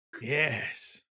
Yes